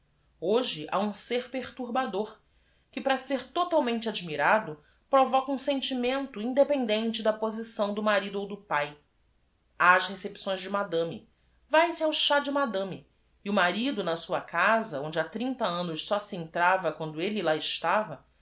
oje ha um ser per turbador que para ser totalmente admirado provoca um sentimento independente da posição do mari do ou do pae a as recepções de madame vae-se ao chá de madame e o marido na sua casa onde h a t r i n t a annos só se entrava quando elle lá estava